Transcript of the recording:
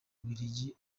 bubiligi